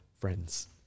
friends